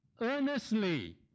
earnestly